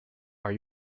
are